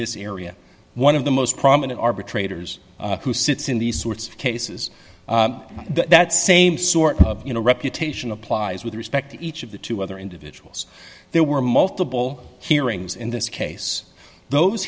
this area one of the most prominent arbitrators who sits in these sorts of cases that same sort of you know reputation applies with respect to each of the two other individuals there were multiple hearings in this case those